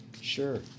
sure